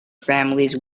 families